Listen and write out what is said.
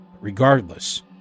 Regardless